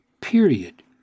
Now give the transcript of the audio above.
period